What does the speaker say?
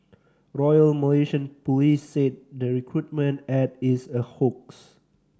Royal Malaysian Police said the recruitment ad is a hoax